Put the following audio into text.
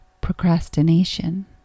procrastination